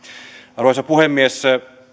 arvoisa puhemies